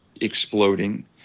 exploding